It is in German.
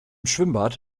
schwimmbad